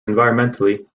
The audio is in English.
environmentally